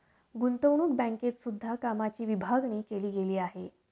गुतंवणूक बँकेत सुद्धा कामाची विभागणी केली गेली आहे